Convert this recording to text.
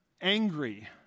angry